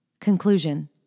Conclusion